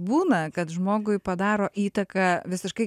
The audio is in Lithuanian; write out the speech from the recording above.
būna kad žmogui padaro įtaką visiškai